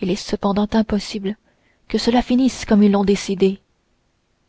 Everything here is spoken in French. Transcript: il est cependant impossible que cela finisse comme ils l'ont décidé